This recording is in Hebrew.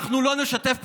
אנחנו לא נשתף פעולה.